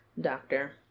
doctor